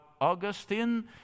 Augustine